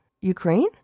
Ukraine